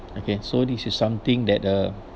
okay so this is something that uh